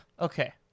Okay